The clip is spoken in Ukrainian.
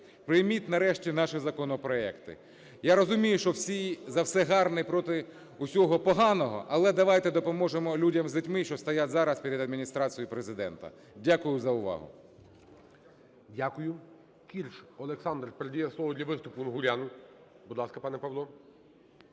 Прийміть нарешті наші законопроекти. Я розумію, що всі за все гарне проти всього поганого, але давайте допоможемо людям з дітьми, що стоять зараз перед Адміністрацією Президента. Дякую за увагу.